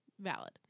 Valid